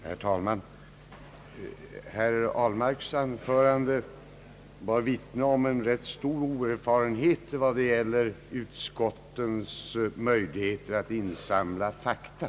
Herr talman! Herr Ahlmarks anförande bar vittne om en rätt stor oerfarenhet om utskottens möjligheter att insamla fakta.